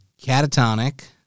catatonic